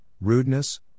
rudeness